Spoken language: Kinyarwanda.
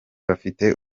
bafite